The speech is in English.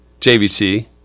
JVC